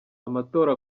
amatora